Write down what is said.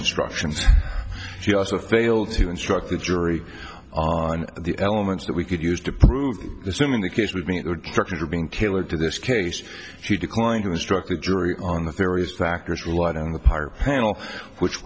instructions she also failed to instruct the jury on the elements that we could use to prove this woman the case with me for being killer to this case she declined to instruct the jury on the various factors relied on the part handle which